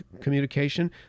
communication